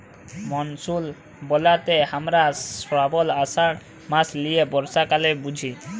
monsoon ব্যলতে হামরা শ্রাবল, আষাঢ় মাস লিয়ে বর্ষাকালকে বুঝি